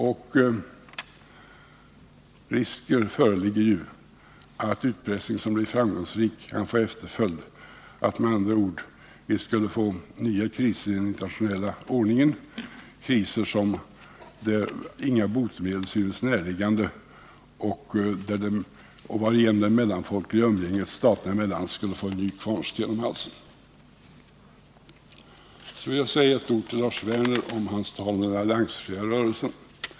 Och risker föreligger för att utpressning som blir framgångsrik kan få efterföljd, att vi med andra ord skulle få nya kriser i den internationella ordningen, kriser där inget botemedel synes näraliggande och som, vad gäller det mellanfolkliga umgänget stater emellan, skulle bli en kvarnsten om halsen. Så vill jag säga ett par ord till Lars Werner om hans tal när det gäller den alliansfria rörelsen.